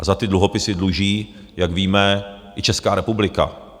A za ty dluhopisy dluží, jak víme, i Česká republika.